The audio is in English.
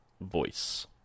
voice